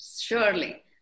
Surely